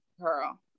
girl